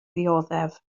dioddef